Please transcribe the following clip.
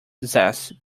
zest